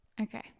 Okay